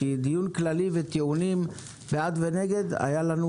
כי דיון כללי וטיעונים בעד ונגד היו לנו,